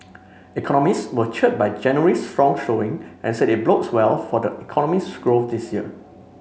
economists were cheered by January's strong showing and said it bodes well for the economy's growth this year